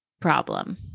problem